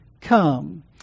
come